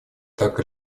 так